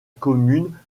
commune